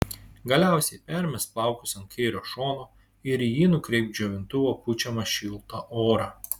galiausiai permesk plaukus ant kairio šono ir į jį nukreipk džiovintuvo pučiamą šiltą orą